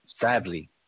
sadly